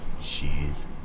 Jeez